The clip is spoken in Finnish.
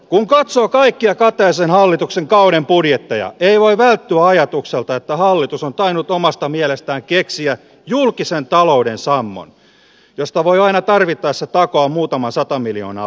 kun katsoo kaikkia kataisen hallituksen kauden budjetteja ei voi välttyä ajatukselta että hallitus on tainnut omasta mielestään keksiä julkisen talouden sammon josta voi aina tarvittaessa takoa muutaman sata miljoonaa budjettiin